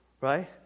right